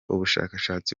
ubushakashatsi